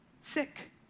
sick